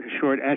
short